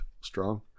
strong